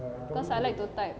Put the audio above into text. cause I like to type